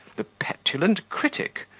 the petulant critic,